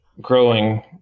growing